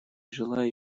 желаю